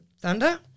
thunder